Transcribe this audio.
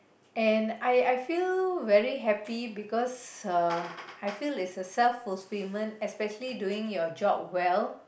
and I I feel very happy because I feel it's a self fulfillment especially doing your job well